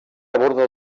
aborda